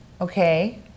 Okay